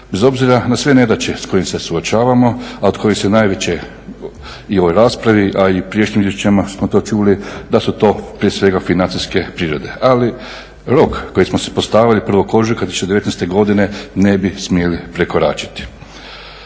Bez obzira na sve nedaće s kojima se suočavamo, a od kojih su najveće i u ovoj raspravi, a i u prijašnjim izvješćima smo to čuli, da su to prije svega financijske prirode. Ali rok koji smo si postavili 01. ožujka 2019. godine ne bi smjeli prekoračiti.